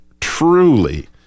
truly